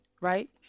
right